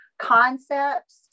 concepts